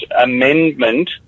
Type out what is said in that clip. amendment